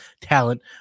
talent